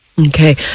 Okay